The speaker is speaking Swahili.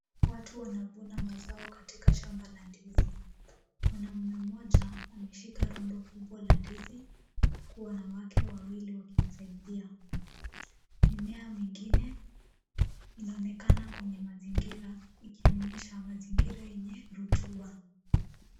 Watu wanavuna mazao katika shamba la ndizi. Mwanaume mmoja ameshika rundo kubwa la ndizi huku wanawake wawili wakimsaidia. Mimea mingine inaonekana kwenye mazingira ikionyesha mazingira yenye rotuba.